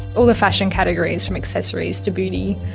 all the fashion categories from accessories to beauty.